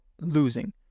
losing